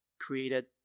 created